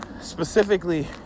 specifically